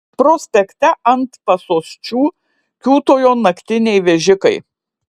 prospekte ant pasosčių kiūtojo naktiniai vežikai